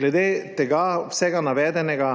Glede na vse navedeno